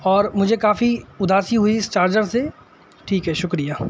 اور مجھے کافی اداسی ہوئی اس چارجر سے ٹھیک ہے شکریہ